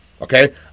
Okay